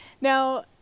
Now